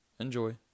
Enjoy